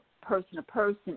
person-to-person